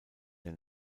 der